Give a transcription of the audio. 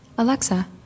Alexa